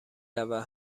رود